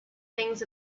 things